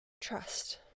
trust